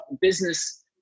business